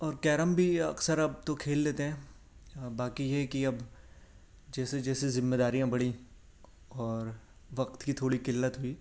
اور کیرم بھی اکثر اب تو کھیل لیتے ہیں باقی یہ کہ اب جیسے جیسے ذمہ داریاں بڑھی اور وقت کی تھوڑی قلت ہوئی